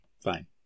fine